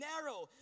narrow